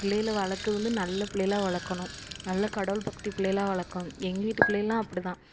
புள்ளைகள வளர்க்கறது வந்து நல்ல புள்ளைகளா வளர்க்கணும் நல்ல கடவுள் பக்தி புள்ளைகளா வளர்க்கணும் எங்கள் வீட்டு புள்ளைகள்லாம் அப்படிதான்